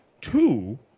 Two